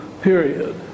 period